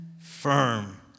firm